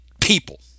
people